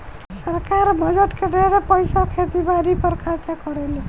सरकार बजट के ढेरे पईसा खेती बारी पर खर्चा करेले